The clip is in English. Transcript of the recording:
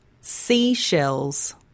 seashells